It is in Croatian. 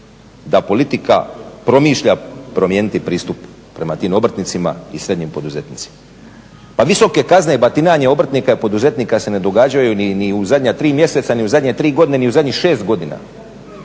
da politika promišlja promijeniti pristup prema tim obrtnicima i srednjim poduzetnicima. Pa visoke kazne i batinanje obrtnika i poduzetnika se ne događaju ni u zadnja tri mjeseca ni u zadnje tri godine ni u zadnjih šest godina.